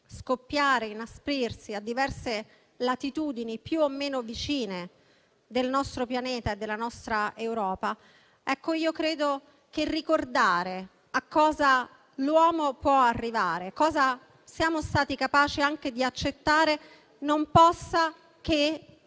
scoppiare e inasprirsi a diverse latitudini, più o meno vicine, del nostro pianeta e della nostra Europa, ricordare a cosa l'uomo può arrivare, cosa siamo stati capaci anche di accettare, non possa che